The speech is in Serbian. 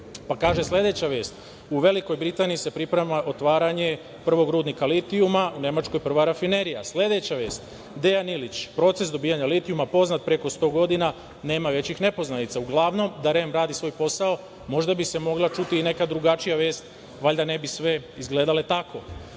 pa kaže sledeća vest – U Velikoj Britaniji se priprema otvaranje prvog rudnika litijuma, u Nemačkoj prva rafinerija; sledeća vest, Dejan Ilić – proces dobijanja litijuma poznat preko 100 godina, nema većih nepoznanica. Uglavnom, da REM radi svoj posao možda bi se mogla čuti i neka drugačija vest, valjda ne bi sve izgledale tako. Onda